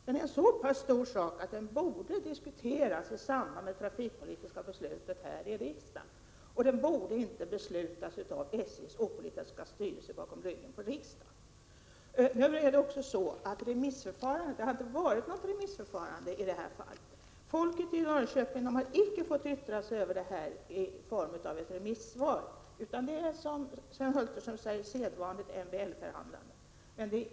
Det är en så pass stor sak att den borde diskuteras i samband med de trafikpolitiska besluten här i riksdagen, och den borde inte beslutas av SJ:s opolitiska styrelse, bakom ryggen på riksdagen. Det har inte skett något remissförfarande i detta fall. Folket i Norrköping har icke fått yttra sig i form av ett remissvar, utan det har skett en sedvanlig MBL-förhandling, som Sven Hulterström säger.